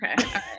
okay